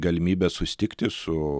galimybė susitikti su